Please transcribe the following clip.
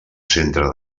centre